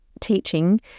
teaching